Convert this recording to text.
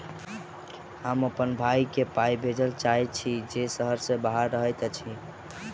हम अप्पन भयई केँ पाई भेजे चाहइत छि जे सहर सँ बाहर रहइत अछि